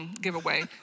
giveaway